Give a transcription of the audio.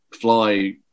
fly